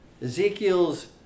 Ezekiel's